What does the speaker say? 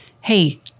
Hey